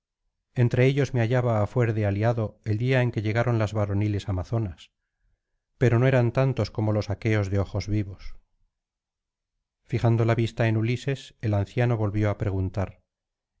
entre ellos me hallaba á fuer de aliado el día en que llegaron las varoniles amazonas pero no eran tantos como los aqueos de ojos vivos fijando la vista en ulises el anciano volvió á preguntar